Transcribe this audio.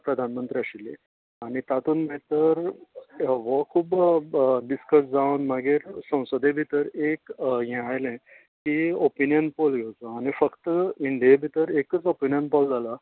प्रधान मंत्री आशिल्ली आनी तातूंत भितर व्हो खूब डिस्कस जावन मागीर संवसदे भितर एक हे आयलें की ऑपिनीयान पोल घेवचो आनी फक्त इंडीये भितर एकच ऑपिनीयन पोल जाला